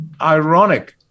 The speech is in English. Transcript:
ironic